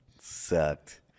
Sucked